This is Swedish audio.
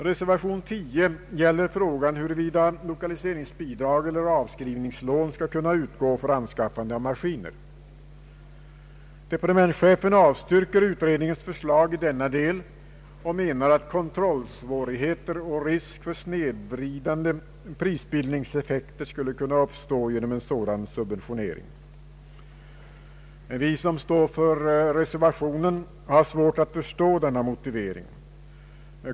Reservation 10 gäller frågan huruvida lokaliseringsbidrag eller avskrivningslån skall kunna utgå för anskaffande av maskiner. Departementsche-. fen avstyrker utredningens förslag i denna del och menar att kontrollsvårigheter och risk för snedvridande prisbildningseffekter skulle kunna uppstå genom en sådan subventionering. Vi som står för reservationen har svårt att förstå denna motivering.